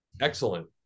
excellent